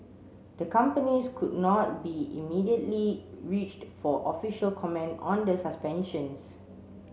the companies could not be immediately reached for official comment on the suspensions